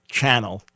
channel